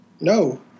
no